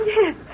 Yes